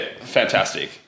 Fantastic